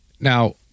Now